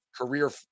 career